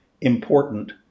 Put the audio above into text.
important